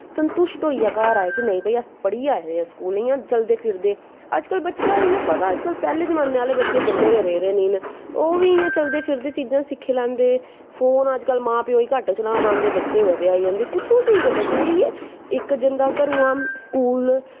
संतुश्ट होइयै घर आए कि नेंई भाई उप पढ़ियै आए दे आं स्कूल इयां चलदे फिरदे अजकल बच्चा इयां पता अजकल पैह्ले जमाने आह्ले जिल्ले गै रेह् दे न ओह् बी इयां चलदे फिरदे चीजां सिक्खी लैंदे फोन अ कल घट्ट चलान आंदे बच्चेंई मचे आई जंदे कुत्थुआं सिक्खदे बच्चे इयै इक्क जंदा घरूआं स्कूल